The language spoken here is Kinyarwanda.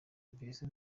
mbese